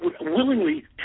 willingly